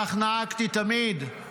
כך נהגתי תמיד.